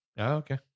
Okay